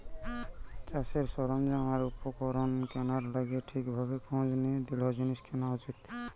চাষের সরঞ্জাম আর উপকরণ কেনার লিগে ঠিক ভাবে খোঁজ নিয়ে দৃঢ় জিনিস কেনা উচিত